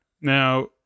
Now